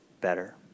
better